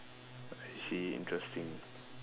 I see interesting